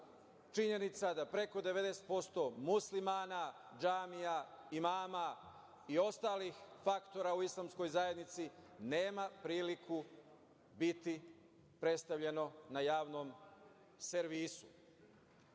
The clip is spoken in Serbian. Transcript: činjenica da preko 90% Muslimana, džamija, imama i ostalih faktora u Islamskoj zajednici nema priliku biti predstavljeno na javnom servisu. Očito